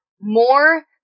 more